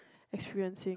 experiencing